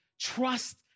Trust